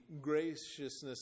graciousness